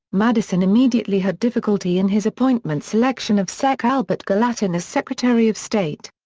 madison immediately had difficulty in his appointment selection of sec. albert gallatin as secretary of state.